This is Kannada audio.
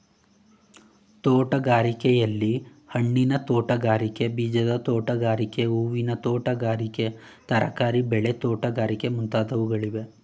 ತೋಟಗಾರಿಕೆಯಲ್ಲಿ, ಹಣ್ಣಿನ ತೋಟಗಾರಿಕೆ, ಬೀಜದ ತೋಟಗಾರಿಕೆ, ಹೂವಿನ ತೋಟಗಾರಿಕೆ, ತರಕಾರಿ ಬೆಳೆ ತೋಟಗಾರಿಕೆ ಮುಂತಾದವುಗಳಿವೆ